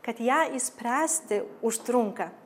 kad ją išspręsti užtrunka